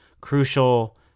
crucial